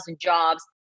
jobs